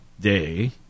Day